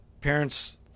Parents